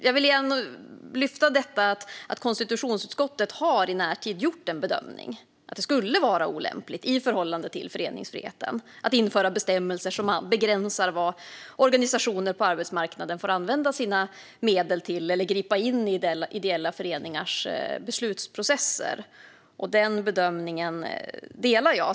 Jag vill lyfta fram att konstitutionsutskottet i närtid har gjort bedömningen att det skulle vara olämpligt i förhållande till föreningsfriheten att införa bestämmelser som begränsar vad organisationer på arbetsmarknaden får använda sina medel till eller gripa in i ideella föreningars beslutsprocesser. Denna bedömning delar jag.